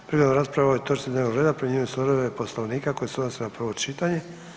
Prigodom rasprave o ovoj točci dnevnog reda primjenjuju se odredbe Poslovnika koje se odnose na prvo čitanje.